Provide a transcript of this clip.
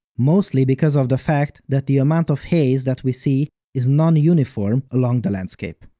mostly because of the fact that the amount of haze that we see is non-uniform along the landscape.